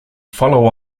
follow